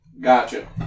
Gotcha